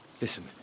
Listen